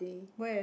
where